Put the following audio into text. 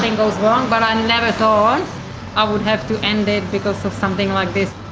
and goes wrong. but i never thought i would have to end it because of something like this.